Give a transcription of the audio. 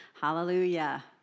Hallelujah